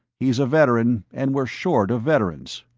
he's a veteran and we're short of veterans.